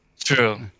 True